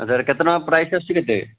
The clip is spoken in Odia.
ଆଉ ସାର୍ କେତେ ଟଙ୍କା ପ୍ରାଇସ୍ ଆସୁଛି କେତେ